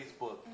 Facebook